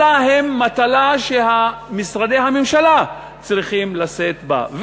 אלא הן מטלות שמשרדי הממשלה צריכים לשאת בהן.